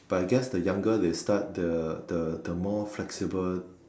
but I guess the younger they start the the the more flexible